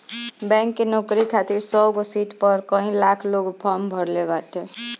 bank के नोकरी खातिर सौगो सिट पअ कई लाख लोग फार्म भरले बाटे